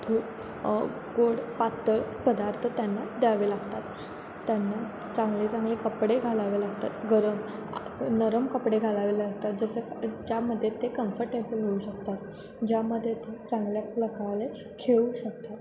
गो गोड पातळ पदार्थ त्यांना द्यावे लागतात त्यांना चांगले चांगले कपडे घालावे लागतात गरम नरम कपडे घालावे लागतात जसं ज्यामध्ये ते कम्फर्टेबल होऊ शकतात ज्यामध्ये ते चांगल्या प्रकारे खेळू शकतात